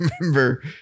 remember